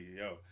yo